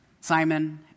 Simon